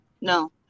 no